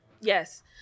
Yes